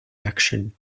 action